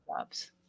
jobs